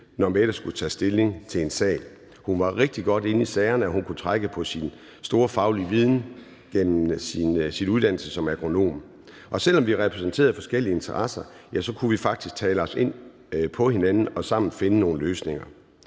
når hun skulle tage stilling til en sag. Hun var rigtig godt inde i sagerne, og hun kunne trække på sin store faglige viden fra sin uddannelse som agronom. Og selv om vi repræsenterede forskellige interesser, kunne vi faktisk tale os ind på hinanden og sammen finde nogle løsninger.